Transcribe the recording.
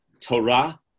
Torah